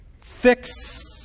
Fix